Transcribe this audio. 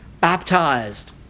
Baptized